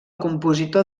compositor